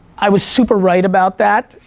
i was super right about that,